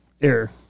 air